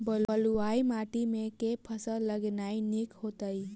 बलुआही माटि मे केँ फसल लगेनाइ नीक होइत?